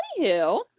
anywho